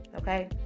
Okay